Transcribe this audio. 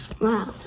Wow